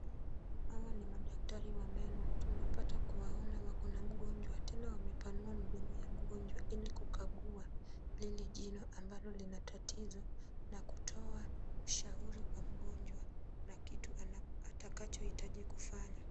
Hawa ni madaktari wa meno, tunapata kuwaona wako na mgonjwa tena wamepanua mdomo ya mgonjwa ili kukagua lile jino ambalo lina tatizo na kutoa ushauri kwa mgonjwa na kitu atakachohitaji kufanya.